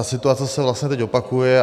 Situace se teď opakuje.